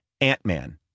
Ant-Man